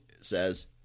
says